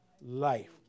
life